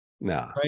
No